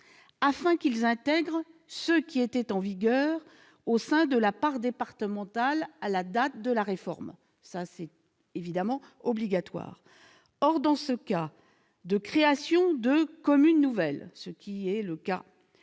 afin qu'ils intègrent ceux qui étaient en vigueur au sein de la part départementale à la date de la réforme. Cela est évidemment obligatoire. Or, en cas de création d'une commune nouvelle- c'est le cas